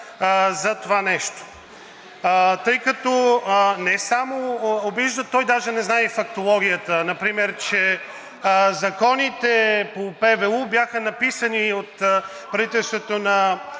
за това нещо. Тъй като не само обижда, той даже не знае и фактологията, например, че законите по ПВУ бяха написани от правителството на